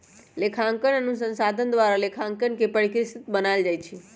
लेखांकन अनुसंधान द्वारा लेखांकन के परिष्कृत बनायल जाइ छइ